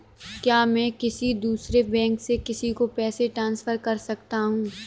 क्या मैं किसी दूसरे बैंक से किसी को पैसे ट्रांसफर कर सकता हूँ?